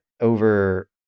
over